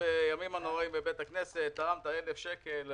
בימים הנוראים בבית הכנסת תרמת 1,000 שקלים,